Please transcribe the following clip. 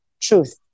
truth